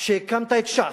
שהקמת את ש"ס,